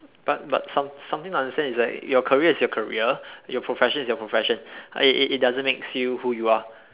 but but some something I understand is like your career is your career your profession is your profession it it it doesn't makes you who you are